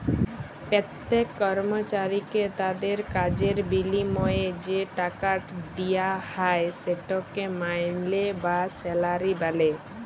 প্যত্তেক কর্মচারীকে তাদের কাজের বিলিময়ে যে টাকাট দিয়া হ্যয় সেটকে মাইলে বা স্যালারি ব্যলে